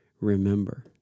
Remember